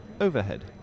overhead